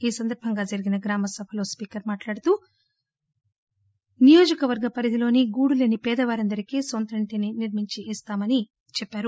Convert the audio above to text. ఈసందర్భంగా జరిగిన గ్రామ సభలో స్పీకర్ మాట్లాడుతూ నియోజకవర్గ పరిధిలోని గూడు లేని పేద వారందరికీ స్వంత ఇంటిని నిర్మించి ఇస్తామని చెప్పారు